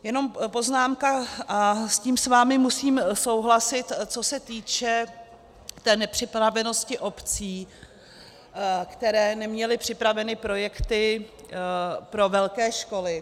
Jenom poznámka, a s tím s vámi musím souhlasit, co se týče té nepřipravenosti obcí, které neměly připravené projekty pro velké školy.